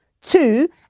Two